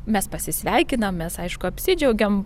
mes pasisveikinam mes aišku apsidžiaugiam